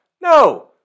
No